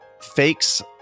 Fakes